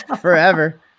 forever